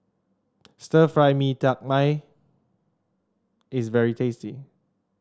Stir Fry Mee Tai Mak is very tasty